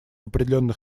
определенных